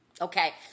Okay